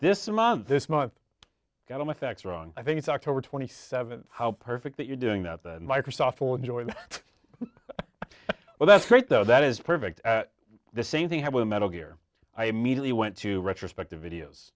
this month this month got my facts wrong i think it's october twenty seventh how perfect that you're doing that microsoft will enjoy well that's great though that is perfect at the same thing when metal gear i immediately went to retrospective videos